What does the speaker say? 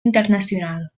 internacional